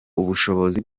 ubushobozi